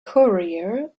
courier